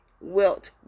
wilt